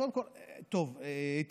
קודם כול, טוב, איתן,